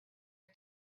his